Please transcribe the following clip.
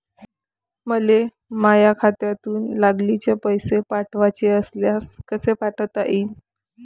मले माह्या खात्यातून लागलीच पैसे पाठवाचे असल्यास कसे पाठोता यीन?